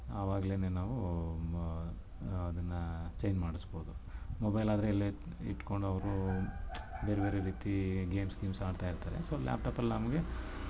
ಆವಾಗ್ಲೆ ನಾವು ಮ ಅದನ್ನ ಚೇಂಜ್ ಮಾಡಿಸ್ಬೋದು ಮೊಬೈಲ್ ಆದರೆ ಇಲ್ಲೇ ಇಟ್ಕೊಂಡು ಅವರು ಬೇರೆ ಬೇರೆ ರೀತಿ ಗೇಮ್ಸ್ ಗೀಮ್ಸ್ ಆಡ್ತಾಯಿರ್ತಾರೆ ಸೊ ಲ್ಯಾಪ್ಟಾಪಲ್ಲಿ ನಮಗೆ